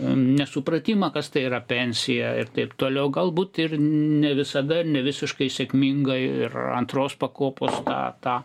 nesupratimą kas tai yra pensija ir taip toliau galbūt ir ne visada ir ne visiškai sėkmingai ir antros pakopos tą tą